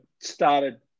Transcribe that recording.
started